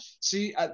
See